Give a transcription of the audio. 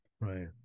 Right